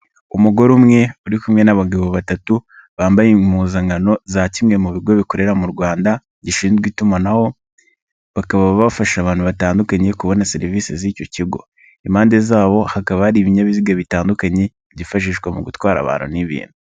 Umugore umwe uri kumwe n'abagabo batatu bambaye impuzankano za kimwe mu bigo bikorera mu Rwanda gishinzwe itumanaho, bakaba bafasha abantu batandukanye kubona serivisi z'icyo kigo. Impande zabo hakaba hari ibinyabiziga bitandukanye byifashishwa mu gutwara abantu n'ibintu.